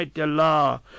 Allah